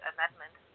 Amendment